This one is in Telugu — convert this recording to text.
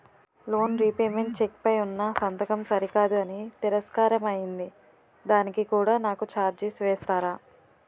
లోన్ రీపేమెంట్ చెక్ పై ఉన్నా సంతకం సరికాదు అని తిరస్కారం అయ్యింది దానికి కూడా నాకు ఛార్జీలు వేస్తారా?